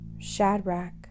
Shadrach